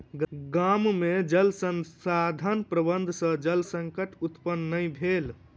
गाम में जल संसाधन प्रबंधन सॅ जल संकट उत्पन्न नै भेल